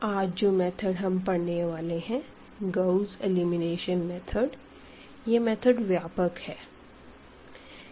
आज जो मेथड हम पढ़ने वाले हैं गाउस एलिमिनेशन मेथड यह मेथड व्यापक है